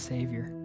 Savior